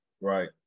Right